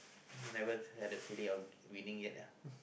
never had the feeling of winning it eh